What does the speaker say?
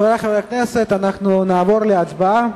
חברי חברי הכנסת, אנחנו נעבור לצבעה.